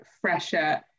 fresher